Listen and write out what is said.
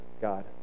God